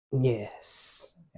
Yes